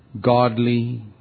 godly